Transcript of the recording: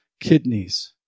kidneys